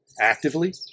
actively